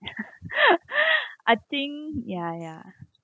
I think ya ya